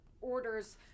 orders